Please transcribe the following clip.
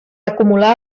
acumular